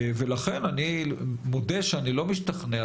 לכן אני מודה שאני לא משתכנע.